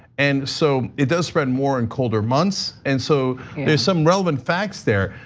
and so it does spread more in colder months and so there's some relevant facts there.